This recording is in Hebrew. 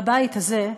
בבית הזה,